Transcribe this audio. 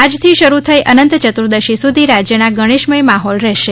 આજથી શરૂ થઈ અનંત ચતુદર્શી સુધી રાજ્યનાં ગણેશમય માહોલ રહેશે